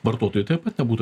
vartotojai taip pat nebūtų